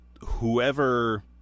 whoever